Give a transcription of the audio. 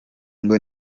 ngo